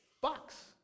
box